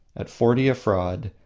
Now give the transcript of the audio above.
at forty a fraud,